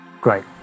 Great